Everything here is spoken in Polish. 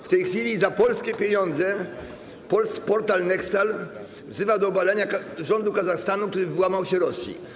W tej chwili za polskie pieniądze portal Nextal wzywa do obalenia rządu Kazachstanu, który wyłamał się Rosji.